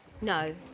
No